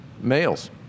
males